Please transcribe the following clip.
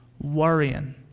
worrying